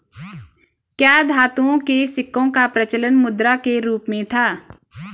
क्या धातुओं के सिक्कों का प्रचलन मुद्रा के रूप में था?